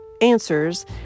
answers